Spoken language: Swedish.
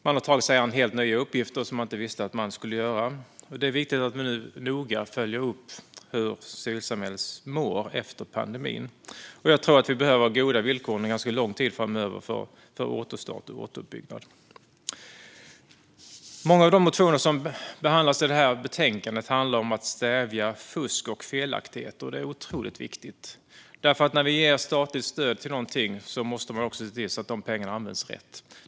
Man har tagit sig an helt nya uppgifter som man inte visste att man skulle utföra. Det är viktigt att vi noga följer upp hur civilsamhället mår efter pandemin, och jag tror att vi behöver goda villkor under en ganska lång tid för återstart och återuppbyggnad. Många av de motioner som behandlas i det här betänkandet handlar om att stävja fusk och felaktigheter, och det är otroligt viktigt. När vi ger statligt stöd till någonting måste vi nämligen se till att pengarna används rätt.